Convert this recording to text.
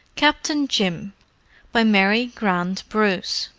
captain jim by mary grant bruce